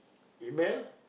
email